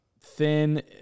thin